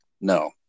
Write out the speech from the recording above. No